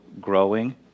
growing